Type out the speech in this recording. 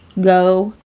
go